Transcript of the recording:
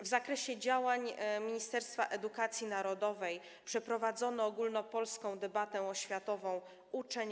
W zakresie działań Ministerstwa Edukacji Narodowej przeprowadzono ogólnopolską debatę oświatową „Uczeń.